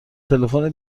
تلفن